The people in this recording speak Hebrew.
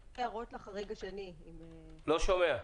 הערות לחריג השני, אם ניתן לדבר עליו.